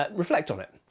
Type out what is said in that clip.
but reflect on it.